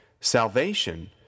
Salvation